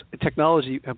technology